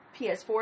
PS4